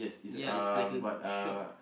ya it's like a short